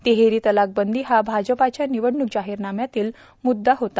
तिहेरी तलाक बंदी हा भाजपाच्या निवडणूक जाहीरनाम्यातील मुद्दा होता